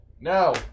no